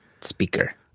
speaker